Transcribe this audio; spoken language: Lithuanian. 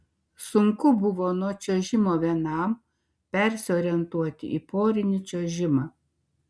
sunku buvo nuo čiuožimo vienam persiorientuoti į porinį čiuožimą